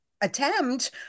attempt